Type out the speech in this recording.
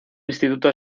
instituto